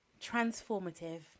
transformative